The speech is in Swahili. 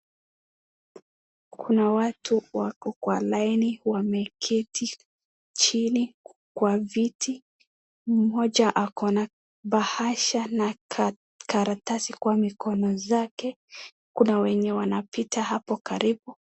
Kuna watu wako kwa laini wameketi chini kwa viti, mmoja akona bahasha na karatasi kwa mikono zake, kuna wenye wanapita hapo karibu.